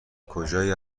کجایی